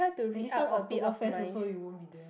and this time Octoberfest also you won't be there